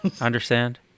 understand